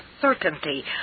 certainty